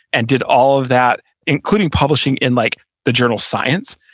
and did all of that including publishing in like the journal science,